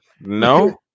No